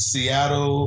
Seattle